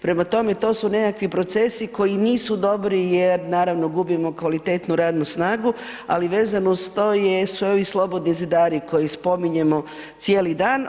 Prema tome, to su neki procesi koji nisu dobri jer naravno gubimo kvalitetnu radnu snagu, a vezano uz to jesu i ovi slobodni zidari koje spominjemo cijeli dan.